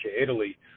Italy